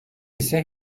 ise